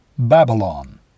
Babylon